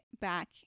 back